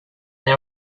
they